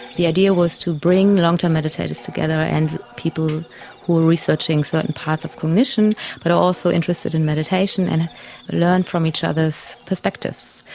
the idea was to bring long term meditators together and people who are researching certain parts of cognition but also interested in meditation, and learn from each other's perspectives.